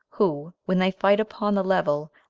who, when they fight upon the level,